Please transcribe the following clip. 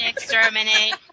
Exterminate